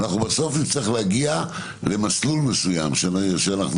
בסוף נצטרך להגיע למסלול מסוים שאנחנו